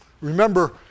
Remember